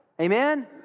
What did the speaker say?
Amen